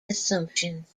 assumptions